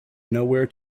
nowhere